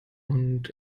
und